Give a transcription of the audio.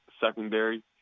secondary